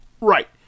Right